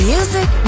Music